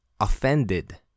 offended